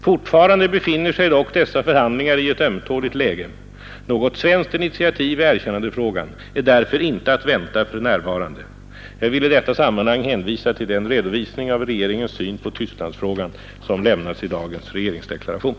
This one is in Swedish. Fortfarande befinner sig dock dessa förhandlingar i ett ömtåligt läge. Något svenskt initiativ i 75 erkännandefrågan är därför inte att vänta för närvarande. Jag vill i detta sammanhang hänvisa till den redovisning av regeringens syn på Tysklandsfrågan som lämnats i dagens regeringsdeklaration.